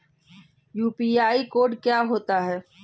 UPI code क्या होता है?